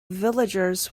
villagers